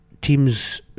teams